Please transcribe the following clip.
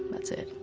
that's it.